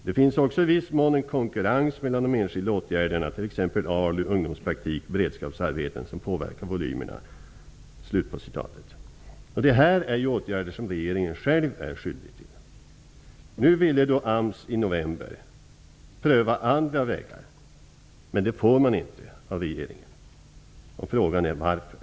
Det finns också i viss mån en ''konkurrens' mellan de enskilda åtgärderna, t.ex ALU, ungdomspraktikplatser och beredskapsarbeten, som påverkar volymerna.'' Det här är åtgärder som regeringen själv är skyldig till. Nu ville AMS i november pröva andra vägar. Men det fick man inte för regeringen, och frågan är varför.